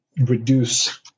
reduce